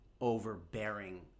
overbearing